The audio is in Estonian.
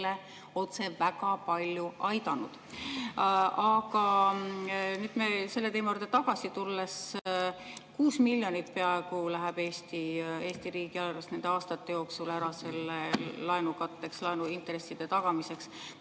Ukrainat otse väga palju aidanud. Aga nüüd selle teema juurde tagasi tulles. Peaaegu 6 miljonit [eurot] läheb Eesti riigieelarvest nende aastate jooksul ära selle laenu katteks, laenuintresside tagamiseks.